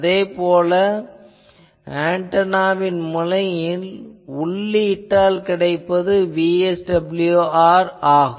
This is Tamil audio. அதே போன்று ஆன்டெனாவின் முனையில் உள்ளீட்டால் கிடைப்பது VSWR ஆகும்